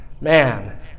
Man